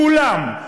כולם.